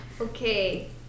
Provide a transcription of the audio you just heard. Okay